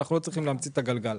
אנחנו לא צריכים להמציא את הגלגל.